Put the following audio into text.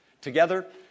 Together